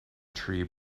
tree